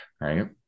right